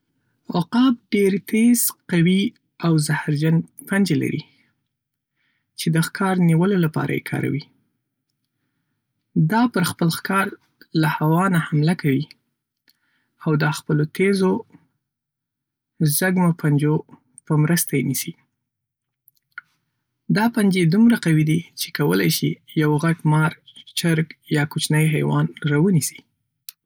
عقاب ډېر تېز، قوي او زهرجن پنجې لري چې د ښکار نیولو لپاره یې کاروي. دا پر خپل ښکار له هوا نه حمله کوي، او د خپلو تېزو، زږمو پنجو په مرسته یې نیسي. دا پنجې دومره قوي دي چې کولای شي یو غټ مار، چرګ یا کوچنی حیوان راونيسي.